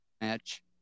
match